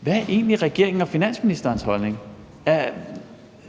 Hvad er egentlig regeringen og finansministerens holdning?